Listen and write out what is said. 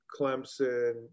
Clemson